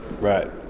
Right